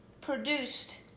produced